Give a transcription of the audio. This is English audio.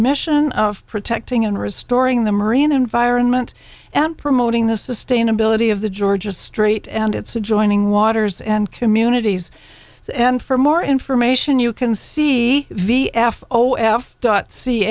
mission of protecting in restoring the marine environment and promoting the sustainability of the georgia strait and its adjoining waters and communities and for more information you can see v f o f dot c